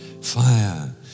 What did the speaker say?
fire